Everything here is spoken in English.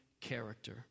character